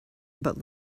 but